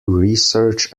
research